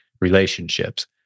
relationships